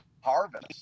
harvest